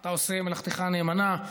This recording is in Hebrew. אתה עושה מלאכתך נאמנה,